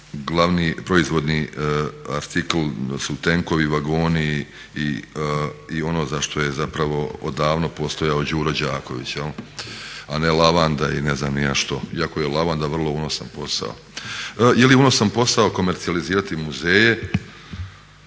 glavni proizvodni artikl su tenkovi, vagoni i ono za što je zapravo odavno postojao Đuro Đaković, a ne lavanda i ne znam ni ja što iako je lavanda vrlo unosan posao. Mislim da s obzirom na ja